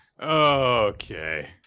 Okay